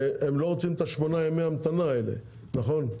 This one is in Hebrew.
שהם לא רוצים את שמונת ימי ההמתנה האלה, נכון?